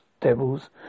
devils